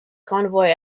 convoy